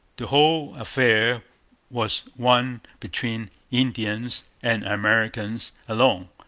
the whole affair was one between indians and americans alone.